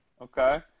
Okay